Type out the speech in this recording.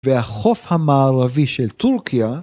‫והחוף המערבי של טורקיה...